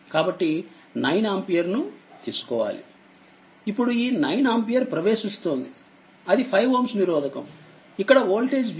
కాబట్టి9 ampere నుతీసుకోవాలిఇప్పుడు ఈ9 ఆంపియర్ప్రవేశిస్తుంది అది5Ωనిరోధకము ఇక్కడ వోల్టేజ్Va